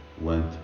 went